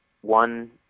one